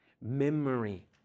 Memory